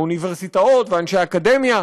האוניברסיטאות ואנשי האקדמיה,